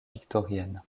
victorienne